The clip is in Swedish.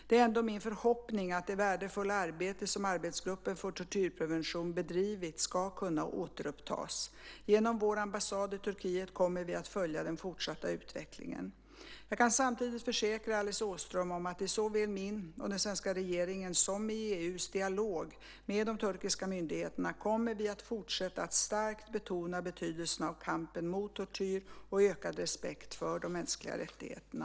Det är ändå min förhoppning att det värdefulla arbete som arbetsgruppen för tortyrprevention bedrivit ska kunna återupptas. Genom vår ambassad i Turkiet kommer vi att följa den fortsatta utvecklingen. Jag kan samtidigt försäkra Alice Åström om att i såväl min och den svenska regeringens som EU:s dialog med de turkiska myndigheterna kommer vi att fortsätta att starkt betona betydelsen av kampen mot tortyr och ökad respekt för de mänskliga rättigheterna.